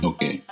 Okay